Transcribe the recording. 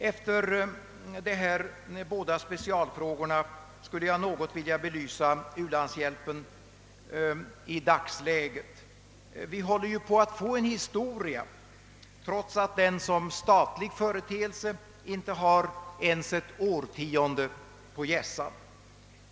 Efter dessa båda specialfrågor skulle jag något vilja belysa u-landshjälpen i dagsläget. Den håller ju på att få en historia trots att den som statlig företeelse inte ens har ett årtionde på hjässan.